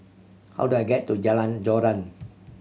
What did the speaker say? how do I get to Jalan Joran